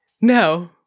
no